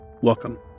Welcome